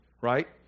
Right